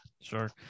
Sure